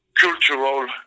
cultural